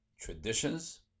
traditions